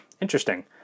interesting